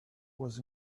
was